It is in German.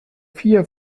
vier